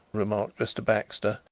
remarked mr. baxter.